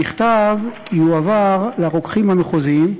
המכתב יועבר לרוקחים המחוזיים,